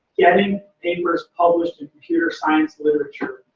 getting papers published in computer science literature,